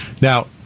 Now